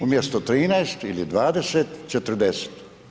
Umjesto 13 ili 20, 40.